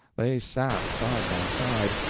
they sat side by side,